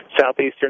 southeastern